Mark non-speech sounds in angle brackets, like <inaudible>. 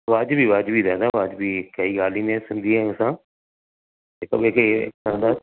वाजिबी वाजिबी दादा वाजिबी काई ॻाल्हि ई न आहे सिंधी आहियूं असां हिक ॿिए खे <unintelligible>